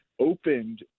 opened